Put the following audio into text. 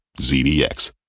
ZDX